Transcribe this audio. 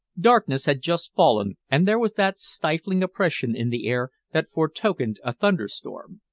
darkness had just fallen, and there was that stifling oppression in the air that fore-tokened a thunderstorm.